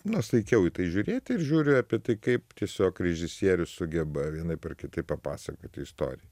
nuosaikiau į tai žiūrėti ir žiūriu apie tai kaip tiesiog režisierius sugeba vienaip ar kitaip papasakoti istoriją